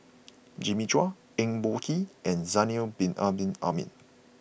Jimmy Chua Eng Boh Kee and Zainal Abidin Ahmad